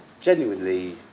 genuinely